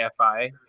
afi